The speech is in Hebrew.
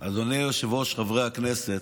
אדוני היושב-ראש, חברי הכנסת,